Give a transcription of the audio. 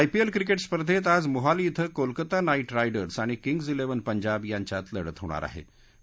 IPL cricket स्पर्धेत ाज मोहाली इथं कोलकाता नाईट रायडर्स ाणि किग्ज इलेव्हन पंजाब यांच्यात लढत होणार ा हे